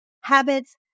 habits